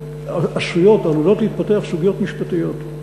עשויות או עלולות להתפתח סוגיות משפטיות.